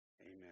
Amen